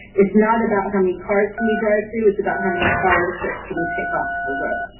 it's not about how many cars can we drive through, it's about how many cars trucks can we take off the road.